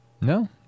No